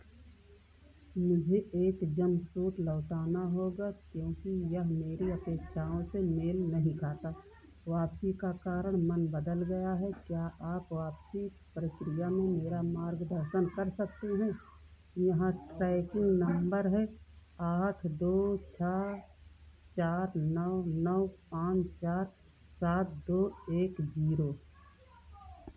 मुझे एक जम्पसूट लौटाना होगा क्योंकि यह मेरी अपेक्षाओं से मेल नहीं खाता वापसी का कारण मन बदल गया है क्या आप वापसी प्रक्रिया में मेरा मार्गदर्शन कर सकते हैं यहाँ ट्रैकिंग नम्बर है आठ दो छः चार नौ नौ पाँच चार सात दो एक जीरो